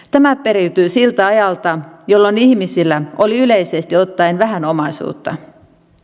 tämä periytyy siltä ajalta jolloin ihmisillä oli yleisesti ottaen vähän omaisuutta